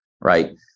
right